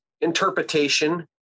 interpretation